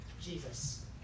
Jesus